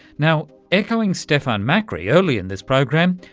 now, echoing stephann makri earlier in this program,